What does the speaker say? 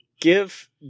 Give